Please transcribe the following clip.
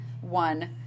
one